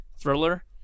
thriller